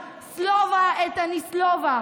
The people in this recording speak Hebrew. (אומרת דברים ברוסית.)